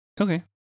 Okay